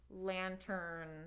lantern